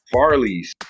Farley's